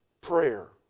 prayer